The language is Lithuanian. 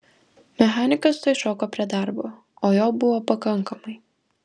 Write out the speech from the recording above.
mechanikas tuoj šoko prie darbo o jo buvo pakankamai